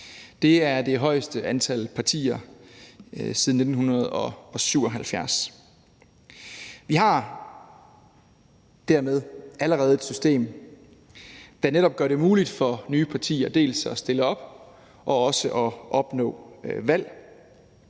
Det er det højeste antal partier siden 1977. Vi har dermed allerede et system, der netop gør det muligt for nye partier dels at stille op, dels at opnå valg,